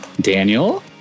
Daniel